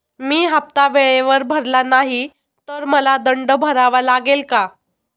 मी हफ्ता वेळेवर भरला नाही तर मला दंड भरावा लागेल का?